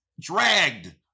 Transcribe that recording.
dragged